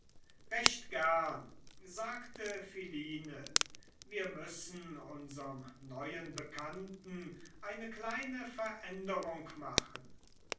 recht gern sagte philine wir müssen unserm neuen bekannten eine kleine veränderung machen